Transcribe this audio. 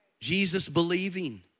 Jesus-believing